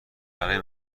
برای